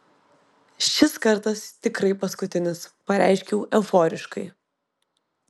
šis kartas tikrai paskutinis pareiškiau euforiškai